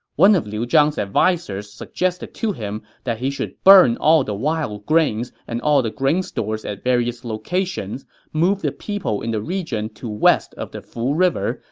one of liu zhang's advisers suggested to him that he should burn all the wild grains and all the grain stores at various locations, move the people in the region to west of the fu river,